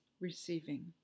receiving